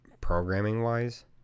programming-wise